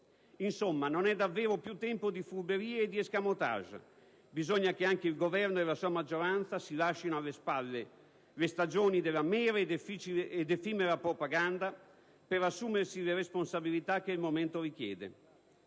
Insomma, non è davvero più tempo di furberie e di *escamotage*: bisogna che anche il Governo e la sua maggioranza si lascino alle spalle le stagioni della mera ed effimera propaganda per assumersi le responsabilità che il momento richiede.